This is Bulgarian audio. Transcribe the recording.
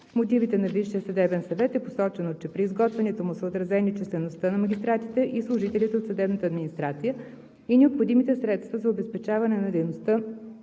мотивите на Висшия съдебен съвет е посочено, че при изготвянето му са отразени числеността на магистратите и служителите от съдебната администрация и необходимите средства за обезпечаване на дейността